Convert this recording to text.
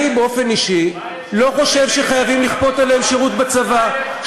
אני באופן אישי לא חושב שחייבים לכפות עליהם שירות בצבא,